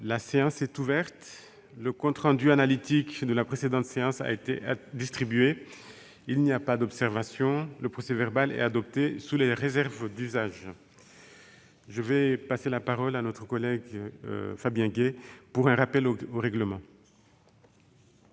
La séance est ouverte. Le compte rendu analytique de la précédente séance a été distribué. Il n'y a pas d'observation ?... Le procès-verbal est adopté sous les réserves d'usage. La parole est à M. Fabien Gay, pour un rappel au règlement.